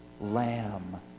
lamb